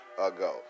ago